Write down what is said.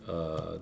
uh